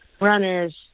runners